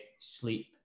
sleep